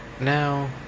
now